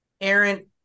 Aaron